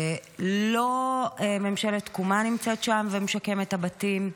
לא מינהלת תקומה נמצאת שם ומשקמת את הבתים.